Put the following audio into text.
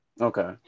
Okay